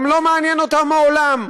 גם לא מעניין אותם העולם.